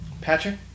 Patrick